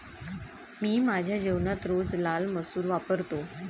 मी माझ्या जेवणात रोज लाल मसूर वापरतो